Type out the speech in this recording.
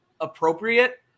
appropriate